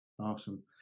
awesome